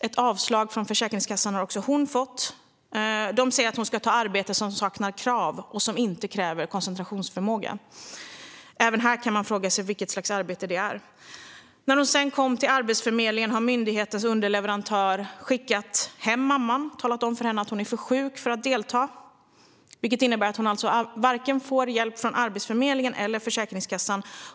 Ett avslag från Försäkringskassan har också hon fått. De säger att hon ska ta arbete utan krav och som inte kräver koncentrationsförmåga. Även här kan man fråga sig vilket slags arbete det är. När mamman sedan kom till Arbetsförmedlingen skickade myndighetens underleverantör hem henne och talade om för henne att hon är för sjuk för att delta. Det innebär alltså att hon inte får hjälp från vare sig Arbetsförmedlingen eller Försäkringskassan.